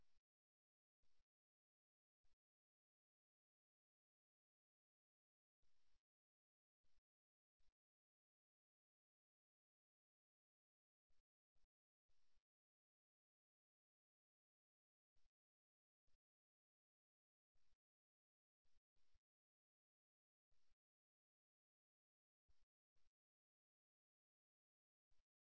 வணிக பேச்சுவார்த்தைகளில் இதே போன்ற சமிக்ஞை உள்ளது ஒருவரின் கால்கள் துள்ளுவதை நீங்கள் கவனித்தால் அல்லது அந்த துள்ளலில் இருந்து எதிர்வினையாக இருக்கும் ஜிகிளிங் மற்றும் தோள்களைக் கண்டால் அந்த நபர் தனக்கு ஒரு நல்ல பேரம் பேசும் நிலை கிடைத்திருப்பதாக உணர்கிறார் என்று நீங்கள் உறுதியாக நம்பலாம்